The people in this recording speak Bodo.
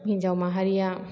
हिन्जाव माहारिया